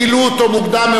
בגלל התכונות שלו.